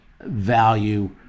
value